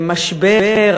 למשבר,